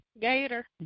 Gator